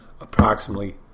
approximately